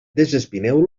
desespineu